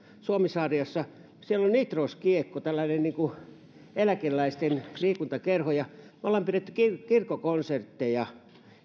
suomi sarjassa siellä on nitroskiekko eläkeläisten liikuntakerho ja me olemme pitäneet kirkkokonsertteja